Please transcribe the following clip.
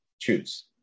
choose